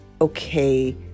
okay